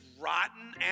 rotten